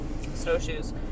snowshoes